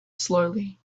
slowly